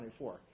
24